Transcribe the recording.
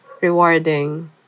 rewarding